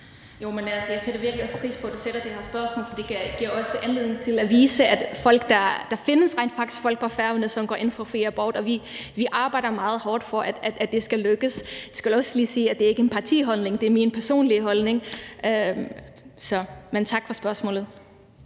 Jeg sætter også virkelig pris på, at du stiller det her spørgsmål, for det giver også anledning til at vise, at der rent faktisk findes folk på Færøerne, som går ind for fri abort, og at vi arbejder meget hårdt for, at det skal lykkes. Jeg skal også lige sige, at det ikke er mit partis holdning – det er min personlige holdning. Men tak for spørgsmålet.